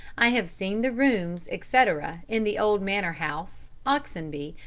i have seen the rooms, etc. in the old manor house, oxenby,